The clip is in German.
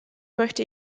möchte